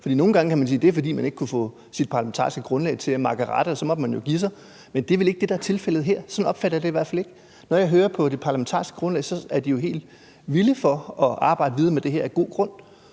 nogle gange er det, kan man sige, fordi man ikke kunne få sit parlamentariske grundlag til at makke ret, og så må man jo give sig, men det er vel ikke det, der er tilfældet her. Sådan opfatter jeg det i hvert fald ikke. Når jeg hører partiernes parlamentariske grundlag, er de jo helt vilde for at arbejde videre med det her og af god grund,